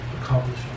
accomplish